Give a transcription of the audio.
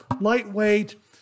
Lightweight